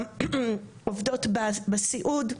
העובדות בסיעוד,